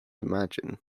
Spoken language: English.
imagine